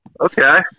okay